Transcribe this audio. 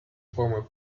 former